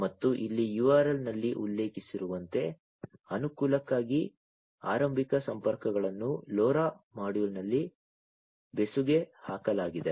ಮತ್ತು ಇಲ್ಲಿ URL ನಲ್ಲಿ ಉಲ್ಲೇಖಿಸಿರುವಂತೆ ಅನುಕೂಲಕ್ಕಾಗಿ ಆರಂಭಿಕ ಸಂಪರ್ಕಗಳನ್ನು LoRa ಮಾಡ್ಯೂಲ್ನಲ್ಲಿ ಬೆಸುಗೆ ಹಾಕಲಾಗಿದೆ